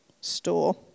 store